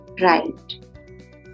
Right